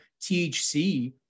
THC